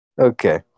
Okay